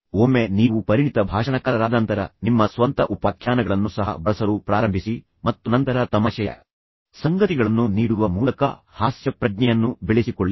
ಒಮ್ಮೆ ನೀವು ಪರಿಣಿತ ಭಾಷಣಕಾರರಾದ ನಂತರ ನಿಮ್ಮ ಸ್ವಂತ ಉಪಾಖ್ಯಾನಗಳನ್ನು ಸಹ ಬಳಸಲು ಪ್ರಾರಂಭಿಸಿ ಮತ್ತು ನಂತರ ತಮಾಷೆಯ ಸಂಗತಿಗಳನ್ನು ನೀಡುವ ಮೂಲಕ ಹಾಸ್ಯ ಪ್ರಜ್ಞೆಯನ್ನು ಬೆಳೆಸಿಕೊಳ್ಳಿ